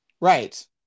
Right